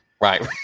Right